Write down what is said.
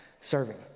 serving